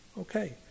Okay